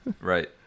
right